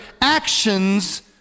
actions